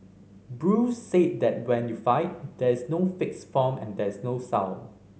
Bruce said that when you fight there is no fixed form and there is no style